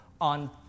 on